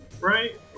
right